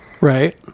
Right